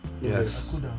Yes